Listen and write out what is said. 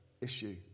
issue